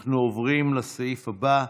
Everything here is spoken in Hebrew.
אנחנו עוברים לסעיף הבא,